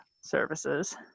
services